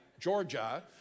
Georgia